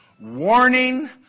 warning